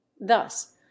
thus